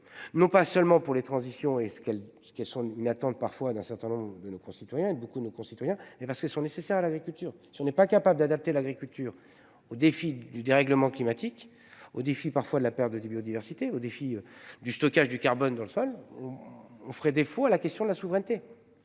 non pas seulement pour les transitions et ce qu'elle ce qu'elles sont une attendent parfois d'un certain nombre de nos concitoyens beaucoup nos concitoyens et parce qu'sont nécessaires à l'agriculture. Si on n'est pas capable d'adapter l'agriculture au défi du dérèglement climatique au défi parfois de la perte de biodiversité au défi du stockage du carbone dans le sol. On ferait défaut à la question de la souveraineté.